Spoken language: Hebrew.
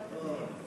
רוברט